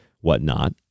whatnot